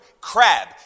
crab